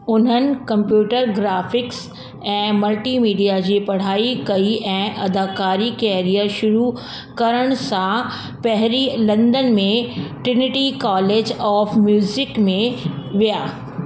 उन्हनि computer graphics ऐं multimedia जी पढ़ाई कई ऐं अदाकारी कैरियर शुरू करण सां पहिरीं लंदन में ट्रिनिटी कॉलेज ऑफ म्यूज़िक में विया